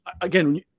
again